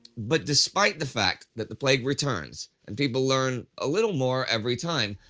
but despite the fact that the plague returns and people learn a little more every time,